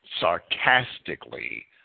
sarcastically